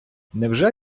невже